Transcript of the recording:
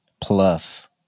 plus